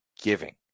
giving